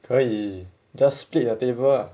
可以 just split the table ah